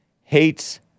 hates